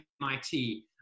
MIT